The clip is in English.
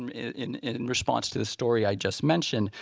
in response to the story i just mentioned,